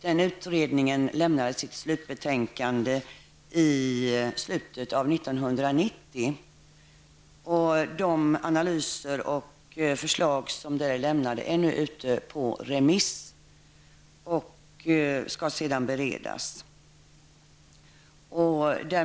1990. De analyser och förslag som där lämnats är nu ute på remiss och skall sedan beredas.